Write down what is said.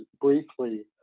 briefly